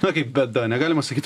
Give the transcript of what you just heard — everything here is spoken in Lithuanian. na kaip bėda negalima sakyt